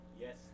Yes